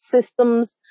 systems